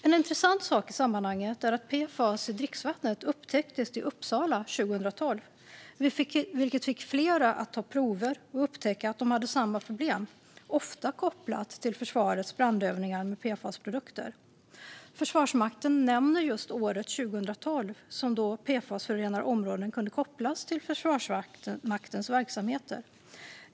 En intressant sak i sammanhanget är att PFAS i dricksvattnet upptäcktes i Uppsala 2012, vilket fick fler att ta prover och upptäcka att de hade samma problem, ofta kopplat till försvarets brandövningar med PFAS-produkter. Försvarsmakten nämner just 2012 som det år då PFAS-förorenade områden kunde kopplas till Försvarsmaktens verksamheter.